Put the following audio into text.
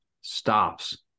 stops